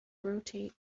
rotate